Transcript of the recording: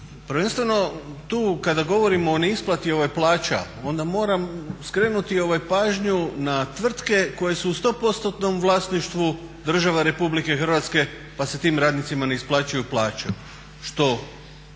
prvenstveno tu kada govorimo o neisplati plaća onda moram skrenuti pažnju na tvrtke koje su u sto postotnom vlasništvu država RH pa se tim radnicima ne isplaćuju plaće što